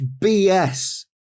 BS